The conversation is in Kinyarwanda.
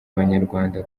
banyarwanda